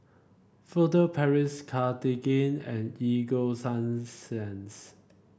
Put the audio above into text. Furtere Paris Cartigain and Ego Sunsense